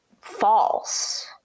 false